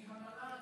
כי המל"ג